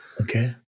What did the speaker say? Okay